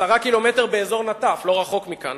ו-10 ק"מ באזור נטף" לא רחוק מכאן,